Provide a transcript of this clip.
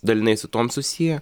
dalinai su tuom susiję